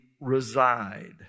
reside